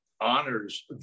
honors